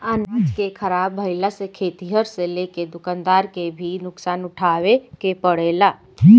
अनाज के ख़राब भईला से खेतिहर से लेके दूकानदार के भी नुकसान उठावे के पड़ेला